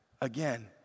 again